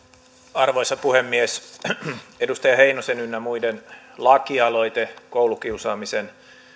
arvoisa puhemies edustaja heinosen ynnä muiden lakialoite koulukiusaamisen